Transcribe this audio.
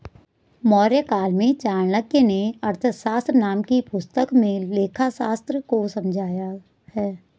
मौर्यकाल में चाणक्य नें अर्थशास्त्र नाम की पुस्तक में लेखाशास्त्र को समझाया है